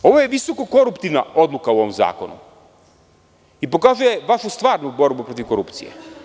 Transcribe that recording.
Ovo je visoko koruptivna odluka u ovom zakonu i pokazuje vašu stvarnu borbu protiv korupcije.